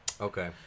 Okay